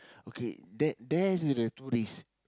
okay that there's a tourist